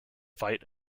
fight